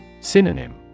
Synonym